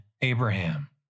Abraham